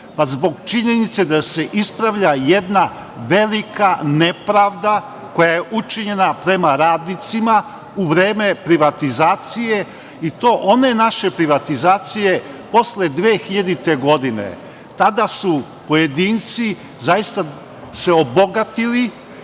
Zbog činjenice da se ispravlja jedna velika nepravda koja je učinjena prema radnicima u vreme privatizacije, i to one naše privatizacije posle 2000. godine. Tada su se pojedinci zaista obogatili.